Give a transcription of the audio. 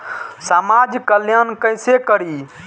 समाज कल्याण केसे करी?